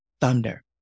thunder